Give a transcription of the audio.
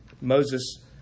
Moses